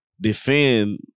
defend